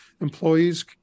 employees